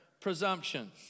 presumption